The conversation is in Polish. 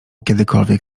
kiedykolwiek